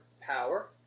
power